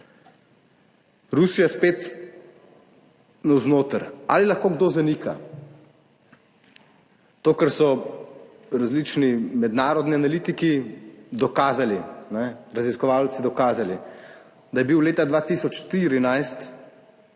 Rusija spet navznoter. Ali lahko kdo zanika to, kar so različni mednarodni analitiki dokazali, raziskovalci dokazali, da je bilo leta 2014